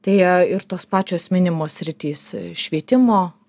tai ir tos pačios minimos sritys švietimo